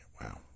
Wow